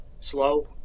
slow